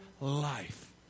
life